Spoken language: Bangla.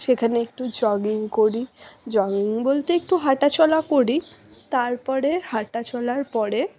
সেখানে একটু জগিং করি জগিং বলতে একটু হাঁটাচলা করি তারপরে হাঁটাচলার পরে